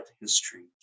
history